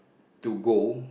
to go